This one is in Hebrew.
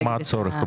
מה הצורך?